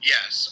Yes